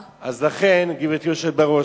לכן, גברתי היושבת בראש,